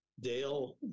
Dale